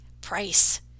price